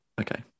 Okay